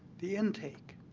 the intake.